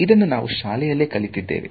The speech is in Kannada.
ಇದನ್ನು ನಾವು ಶಾಲೆಯಲ್ಲಿ ಕಲಿತಿದ್ದೇವೆ